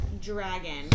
dragon